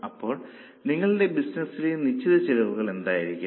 അപ്പോൾ നിങ്ങളുടെ ബിസിനസ്സിലെ നിശ്ചിത ചെലവുകൾ എന്തായിരിക്കും